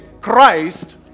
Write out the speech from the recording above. Christ